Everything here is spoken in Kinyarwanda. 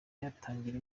yatangira